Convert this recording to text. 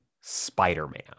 Spider-Man